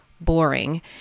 boring